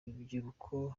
urubyiruko